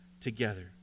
together